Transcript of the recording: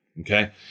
okay